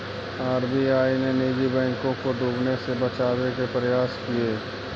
RBI ने निजी बैंकों को डूबने से बचावे के प्रयास किए